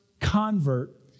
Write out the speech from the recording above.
convert